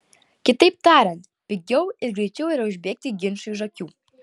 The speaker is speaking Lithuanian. kitaip tariant pigiau ir greičiau yra užbėgti ginčui už akių